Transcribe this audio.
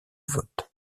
vote